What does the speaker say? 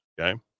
okay